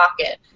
pocket